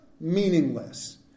meaningless